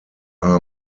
are